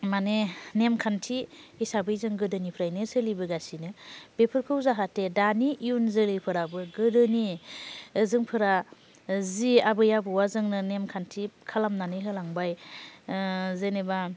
मानि नेम खान्थि हिसाबै जों गोदोनिफ्रायनो सोलिबोगासिनो बेफोरखौ जाहाथे दानि इयुन जोलैफोराबो गोदोनि जों जि आबै आबौआ जोंनो नेम खान्थि खालामनानै होलांबाय जेनेबा